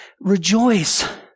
rejoice